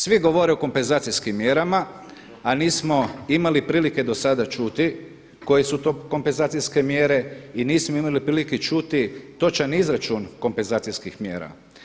Svi govore o kompenzacijskim mjerama, a nismo imali prilike do sada čuti koje su to kompenzacijske mjere i nismo imali prilike čuti točan izračun kompenzacijskih mjera.